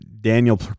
Daniel